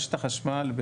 רשת החשמל,